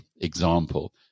example